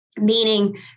Meaning